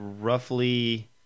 roughly